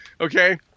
okay